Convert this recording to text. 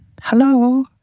hello